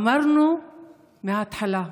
אמרנו מההתחלה: